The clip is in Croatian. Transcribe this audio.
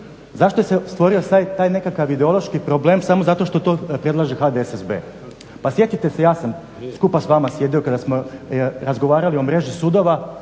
Zašto se stvorio taj nekakav ideološki problem samo zato što to predlaže HDSSB? Pa sjetite se ja sam skupa s vama sjedio kada smo razgovarali o mreži sudova,